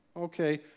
okay